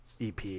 EP